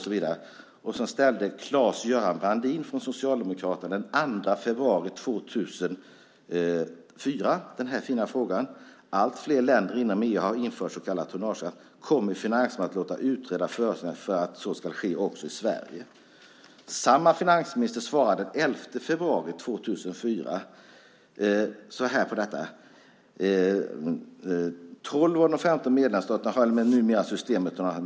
Sedan ställde Claes-Göran Brandin från Socialdemokraterna den 2 februari 2004 följande fina fråga: "Allt fler länder inom EU har infört så kallad tonnageskatt. Kommer finansministern att låta utreda frågan för att så också ska ske i Sverige?" Samma finansminister svarade den 11 februari 2004: 12 av de 15 medlemsstaterna har numera ett system med tonnageskatt.